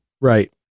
Right